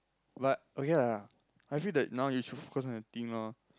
but okay lah I feel that now you just focus on your thing lor